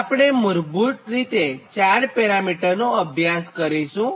તો આપણે મૂળભૂત રીતે 4 પેરામિટરનો અભ્યાસ કરીશું